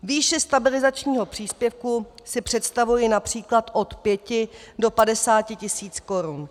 Výši stabilizačního příspěvku si představuji například od 5 do 50 tisíc korun.